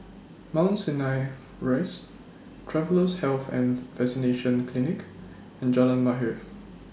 Mount Sinai Rise Travellers' Health and Vaccination Clinic and Jalan Mahir